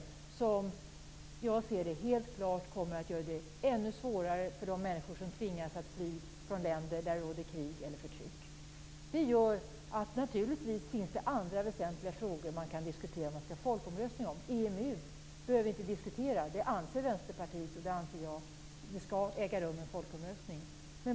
Fördraget kommer som jag ser det helt klart att göra det ännu svårare för de människor som tvingas fly från länder där det råder krig eller förtryck. Naturligtvis finns det andra väsentliga frågor man kan diskutera om man skall ha folkomröstning om. EMU behöver vi inte diskutera. När det gäller EMU anser Vänsterpartiet och jag att det skall äga rum en folkomröstning.